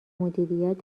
مدیریت